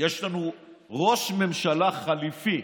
יש לנו ראש ממשלה חליפי,